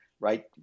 right